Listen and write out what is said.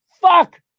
Fuck